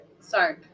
Sorry